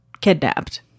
kidnapped